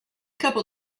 capo